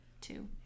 Two